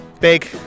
Big